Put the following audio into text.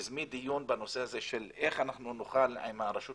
שתיזמי דיון בנושא הזה של איך אנחנו נוכל עם רשות